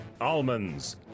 Almonds